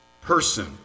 person